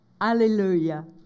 hallelujah